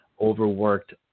overworked